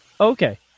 Okay